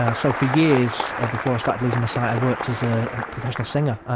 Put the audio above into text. ah so, for years, before i started losing my sight, i worked as a professional singer.